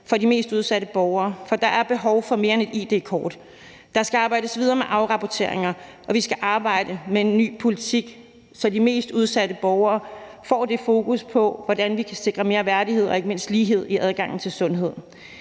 for de mest udsatte borgere, for der er behov for mere end et id-kort. Der skal arbejdes videre med afrapporteringer, og vi skal arbejde med en ny politik, så vi får mere fokus på, hvordan vi kan sikre de mest udsatte borgere mere værdighed og ikke mindst lighed i adgangen til sundhed.